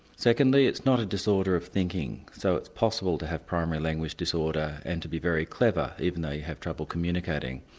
secondly it's not a disorder of thinking, so it's possible to have primary language disorder and to be very clever, even though you have trouble communicating.